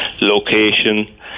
location